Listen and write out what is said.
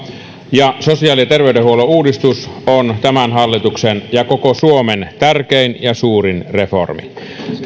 ja sosiaali ja terveydenhuollon uudistus on tämän hallituksen ja koko suomen tärkein ja suurin reformi